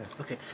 Okay